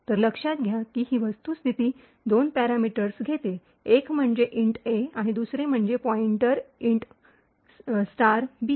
तर लक्षात घ्या की वस्तुस्थिती दोन पॅरामीटर्स घेते एक म्हणजे इंट ए आणि दुसरे म्हणजे पॉईंटर इंट बी